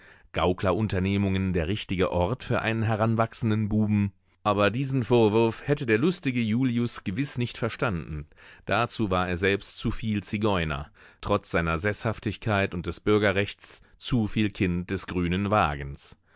gauklerunternehmungen der richtige ort für einen heranwachsenden buben aber diesen vorwurf hätte der lustige julius gewiß nicht verstanden dazu war er selbst zuviel zigeuner trotz seiner seßhaftigkeit und des bürgerrechts zuviel kind des grünen wagens